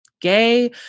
Gay